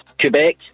Quebec